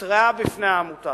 שהותרעה בפני העמותה.